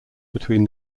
between